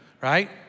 right